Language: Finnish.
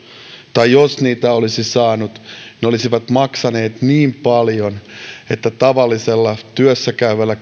tai jos niitä olisi saanut ne olisivat maksaneet niin paljon että tavallisella työssä käyvällä